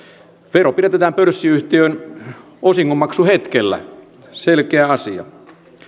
vero pidätetään pörssiyhtiön osingonmaksuhetkellä selkeä asia